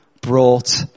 brought